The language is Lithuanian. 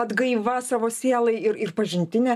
atgaiva savo sielai ir ir pažintinė